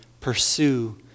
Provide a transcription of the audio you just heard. pursue